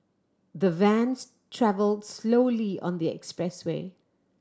the vans travelled slowly on the expressway